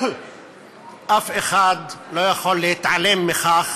אף אחד לא יכול להתעלם מכך